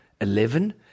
Eleven